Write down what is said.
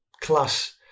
class